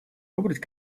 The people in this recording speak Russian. выбрать